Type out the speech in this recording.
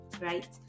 right